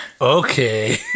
Okay